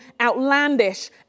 outlandish